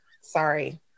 sorry